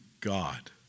God